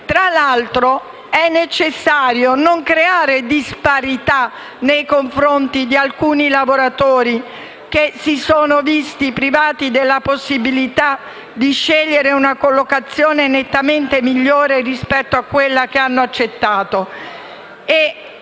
Tra l'altro, è necessario non creare disparità nei confronti di alcuni lavoratori che si sono visti privati della possibilità di scegliere una collocazione nettamente migliore rispetto a quella che hanno accettato.